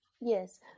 Yes